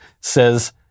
says